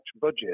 budget